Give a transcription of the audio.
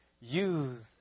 use